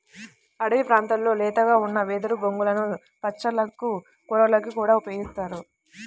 అడివి ప్రాంతాల్లో లేతగా ఉన్న వెదురు బొంగులను పచ్చళ్ళకి, కూరలకి కూడా ఉపయోగిత్తారు